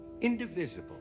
indivisible